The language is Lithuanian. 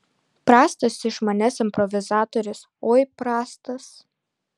prastas iš manęs improvizatorius oi prastas